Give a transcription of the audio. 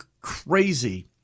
crazy